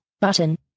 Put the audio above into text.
button